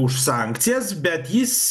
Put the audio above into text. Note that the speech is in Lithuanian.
už sankcijas bet jis